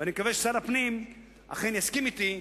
ואני מקווה ששר הפנים אכן יסכים אתי,